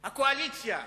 הקואליציה,